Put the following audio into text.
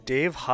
Dave